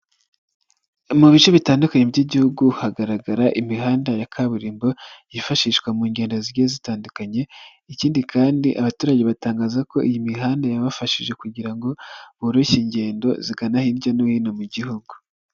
Mu bice bitandukanye by'igihugu, hagaragara imihanda ya kaburimbo, yifashishwa mu ngendo zige zitandukanye, ikindi kandi abaturage batangaza ko iyi mihanda yabafashije kugira ngo boroshye ingendo zigana hirya no hino mu gihugu.